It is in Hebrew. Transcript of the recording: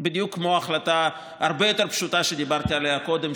בדיוק כמו החלטה הרבה יותר פשוטה שדיברתי עליה קודם,